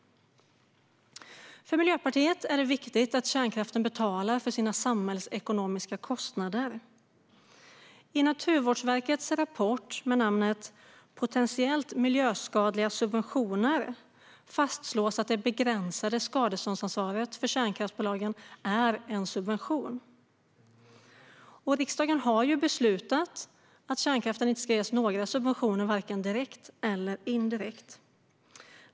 För Miljöpartiet är det viktigt att kärnkraften betalar sina samhällsekonomiska kostnader. I Naturvårdsverkets rapport med namnet Potentiellt miljöskadliga subventioner fastslås att det begränsade skadeståndsansvaret för kärnkraftsbolagen är en subvention. Och riksdagen har ju beslutat att kärnkraften inte ska ges några subventioner vare sig direkt eller indirekt.